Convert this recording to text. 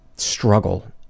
Struggle